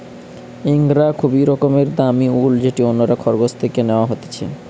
ইঙ্গরা খুবই রকমের দামি উল যেটি অন্যরা খরগোশ থেকে ন্যাওয়া হতিছে